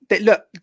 Look